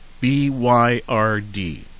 B-Y-R-D